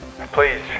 please